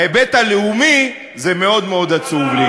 בהיבט הלאומי זה מאוד מאוד עצוב לי.